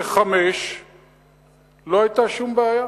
בחמש לא היתה שום בעיה.